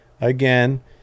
Again